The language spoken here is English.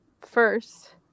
first